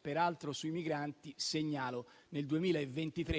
Peraltro sui migranti segnalo,